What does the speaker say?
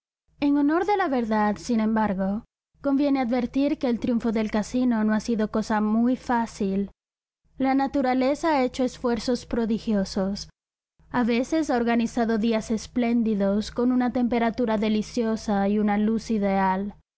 en honor de la verdad sin embargo conviene advertir que el triunfo del casino no ha sido cosa muy fácil la naturaleza ha hecho esfuerzos prodigiosos a veces ha organizado días espléndidos con una temperatura deliciosa y una luz ideal